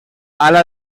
ala